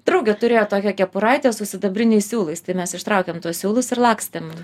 draugė turėjo tokią kepuraitę su sidabriniais siūlais tai mes ištraukėm tuos siūlus ir lakstėm